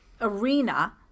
arena